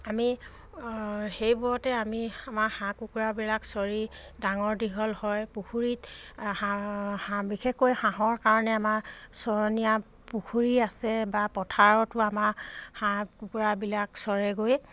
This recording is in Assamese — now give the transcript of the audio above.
আমি সেইবোৰতে আমি আমাৰ হাঁহ কুকুৰাবিলাক চৰি ডাঙৰ দীঘল হয় পুখুৰীত হাঁহ হাঁহ বিশেষকৈ হাঁহৰ কাৰণে আমাৰ চৰণীয়া পুখুৰী আছে বা পথাৰতো আমাৰ হাঁহ কুকুৰাবিলাক চৰেগৈ